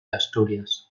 asturias